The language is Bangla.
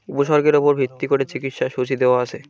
উপসর্গের ওপর ভিত্তি করে চিকিৎসার সূচী দেওয়া আছে